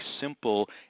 simple